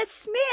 Smith